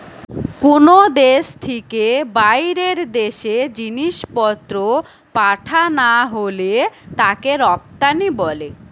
কুনো দেশ থিকে বাইরের দেশে জিনিসপত্র পাঠানা হলে তাকে রপ্তানি বলে